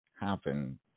happen